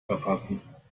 verpassen